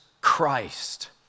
Christ